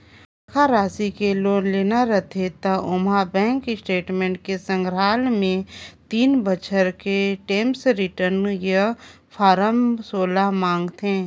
बड़खा रासि के लोन लेना रथे त ओम्हें बेंक स्टेटमेंट के संघराल मे तीन बछर के टेम्स रिर्टन य फारम सोला मांगथे